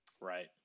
Right